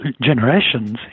generations